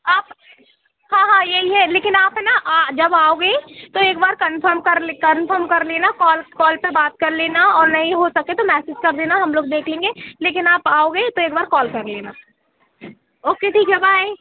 आप हाँ हाँ यही है लेकिन आप हैं ना आ जब आओगे तो एक बार कंफर्म कर ले कंफर्म कर लेना कॉल कॉल पर बात कर लेना और नहीं हो सके तो मैसेज कर देना हम लोग देख लेंगे लेकिन आप आओगे तो एक बार कॉल कर लेना ओके ठीक है बाय